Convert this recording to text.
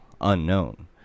unknown